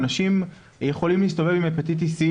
אנשים יכולים להסתובב עם הפטיטיס סי